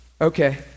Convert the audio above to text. Okay